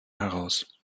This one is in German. heraus